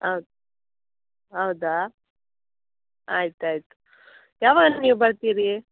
ಹೌದು ಹೌದಾ ಆಯ್ತು ಆಯ್ತು ಯಾವಾಗ ನೀವು ಬರ್ತೀರಿ